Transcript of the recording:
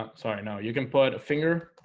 um sorry, no, you can put a finger